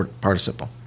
participle